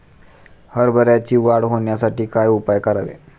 हरभऱ्याची वाढ होण्यासाठी काय उपाय करावे?